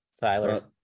Tyler